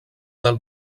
del